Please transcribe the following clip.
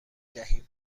دهیم